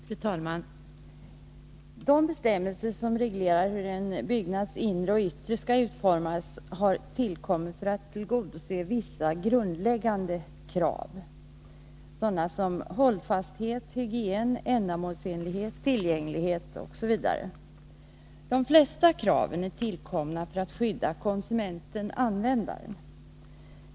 Fru talman! De bestämmelser som reglerar hur en byggnads inre och yttre skall utformas har tillkommit för att tillgodose vissa grundläggande krav: hållfasthet, hygien, ändamålsenlighet, tillgänglighet osv. De flesta kraven är tillkomna för att skydda konsumenten-användaren.